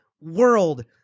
world